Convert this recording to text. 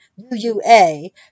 UUA